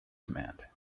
command